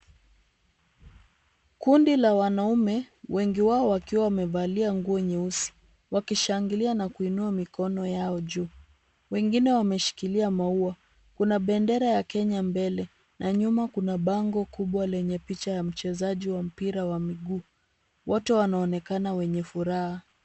Kundi la wanaume, wengi wao wakiwa wamevalia nguo nyeusi, wakishangilia na kuinua mikono yao juu. Wengine wameshikilia maua. Kuna bendera ya Kenya mbele, na nyuma kuna bango kubwa lenye picha ya mchezaji wa mpira wa miguu. Wote wanaonekana wenye furaha.